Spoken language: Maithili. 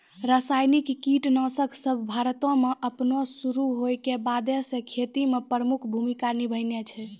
रसायनिक कीटनाशक सभ भारतो मे अपनो शुरू होय के बादे से खेती मे प्रमुख भूमिका निभैने छै